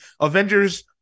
Avengers